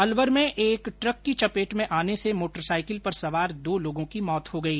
अलवर में एक ट्रक की चपेट में आने से मोटरसाइकिल पर सवार दो लोगों की मौत हो गई